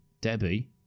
Debbie